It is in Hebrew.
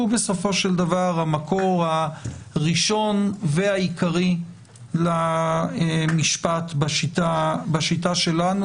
שהוא בסופו של דבר המקור הראשון והעיקרי למשפט בשיטה שלנו.